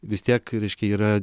vis tiek reiškia yra